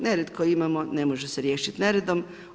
Nered koji imamo, ne može se riješiti neredom.